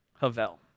havel